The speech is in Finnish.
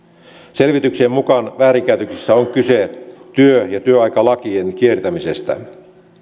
selvityksen mukaan väärinkäytöksissä on kyse työ ja työaikalakien kiertämisestä